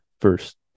first